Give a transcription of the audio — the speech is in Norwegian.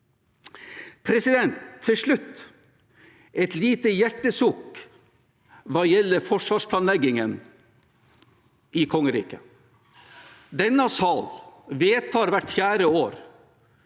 står i. Til slutt et lite hjertesukk hva gjelder forsvarsplanleggingen i kongeriket: Denne salen vedtar hvert fjerde år